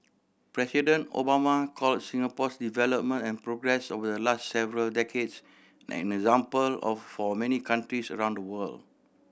President Obama call Singapore's development and progress will last several decades an example of for many countries around the world